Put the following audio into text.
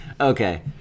Okay